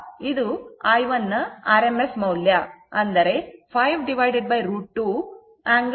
ಇದರರ್ಥ ಇದು ಬರೆಯಬಹುದು i1 ನ rms ಮೌಲ್ಯ 5 √ 2 ಕೋನ 0o ಆಗಿದೆ